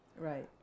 Right